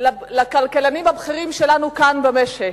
לכלכלנים הבכירים שלנו כאן במשק.